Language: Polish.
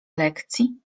lekcji